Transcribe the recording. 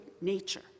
nature